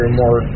more